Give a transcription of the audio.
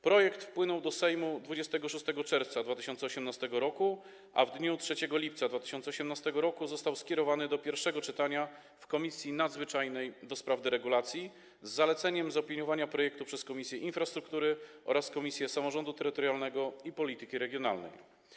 Projekt wpłynął do Sejmu 26 czerwca 2018 r., a w dniu 3 lipca 2018 r. został skierowany do pierwszego czytania w Komisji Nadzwyczajnej do spraw deregulacji z zaleceniem zaopiniowania projektu przez Komisję Infrastruktury oraz Komisję Samorządu Terytorialnego i Polityki Regionalnej.